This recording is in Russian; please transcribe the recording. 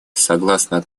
согласно